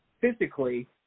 physically